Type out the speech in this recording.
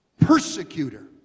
Persecutor